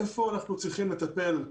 איפה אנחנו צריכים לטפל,